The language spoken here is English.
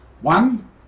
One